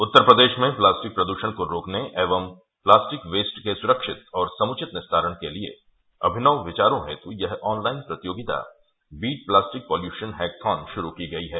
उत्तर प्रदेश में प्लास्टिक प्रदृषण को रोकने एवं प्लास्टिक वेस्ट के सुरक्षित और समुचित निस्तारण के लिए अभिनव क्विारों हेतु यह ऑन लाइन प्रतियोगिता बीट प्लास्टिक पोल्यूशन ईकथॉन शुरू की गई है